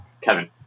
Kevin